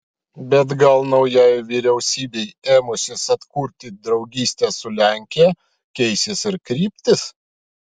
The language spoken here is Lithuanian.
bet gal naujajai vyriausybei ėmusis atkurti draugystę su lenkija keisis ir kryptis